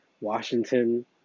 Washington